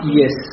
yes